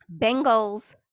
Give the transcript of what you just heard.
Bengals